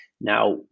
now